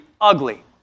ugly